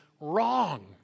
wrong